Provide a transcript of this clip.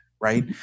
Right